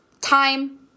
time